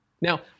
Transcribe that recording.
Now